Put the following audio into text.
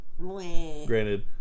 Granted